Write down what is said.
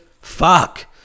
fuck